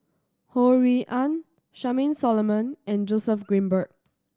Ho Rui An Charmaine Solomon and Joseph Grimberg